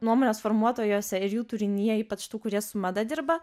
nuomonės formuotojuose ir jų turinyje ypač tų kurie su mada dirba